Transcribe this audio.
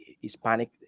Hispanic